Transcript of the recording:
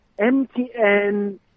MTN